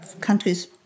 countries